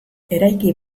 eraiki